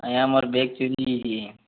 ଆଜ୍ଞା ମୋର୍ ବ୍ୟାଗ୍ ଚୋରି ହେଇଯାଇଛେଁ